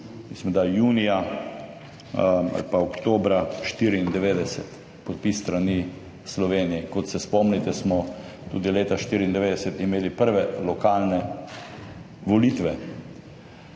mislim da junija ali oktobra 1994, podpis s strani Slovenije. Kot se spomnite, smo imeli leta 1994 tudi prve lokalne volitve.